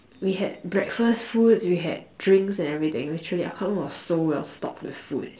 we had breakfast foods we had drinks and everything literally our club room was so well stocked with food